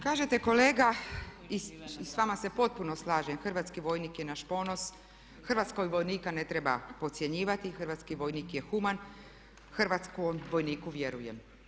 Kažete kolega, s vama se potpuno slažem, hrvatski vojnik je naš ponos, hrvatskog vojnika ne treba podcjenjivati, hrvatski vojnik je human, hrvatskom vojniku vjerujem.